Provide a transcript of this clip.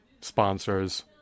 sponsors